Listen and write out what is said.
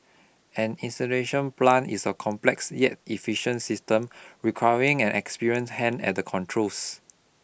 an incineration plant is a complex yet efficient system requiring an experienced hand at the controls